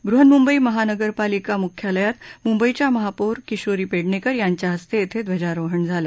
वृहन्मुबई महानरपालिका मुख्यालयात मुंबईच्या महापौर किशोरी पेडणेकर यांच्या हस्ते ध्वजारोहण झालं